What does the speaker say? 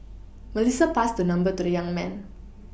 Melissa passed her number to the young man